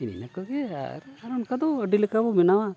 ᱮᱱ ᱤᱱᱟᱹᱠᱚᱜᱮ ᱟᱨ ᱟᱨ ᱚᱱᱠᱟ ᱫᱚ ᱟᱹᱰᱤᱞᱮᱠᱟᱵᱚ ᱵᱮᱱᱟᱣᱟ